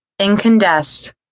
Incandesce